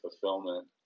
fulfillment